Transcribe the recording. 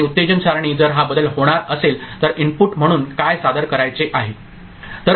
आणि उत्तेजन सारणी जर हा बदल होणार असेल तर इनपुट म्हणून काय सादर करायचे आहे ओके